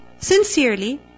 sincerely